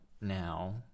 now